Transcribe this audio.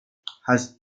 has